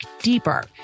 deeper